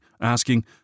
asking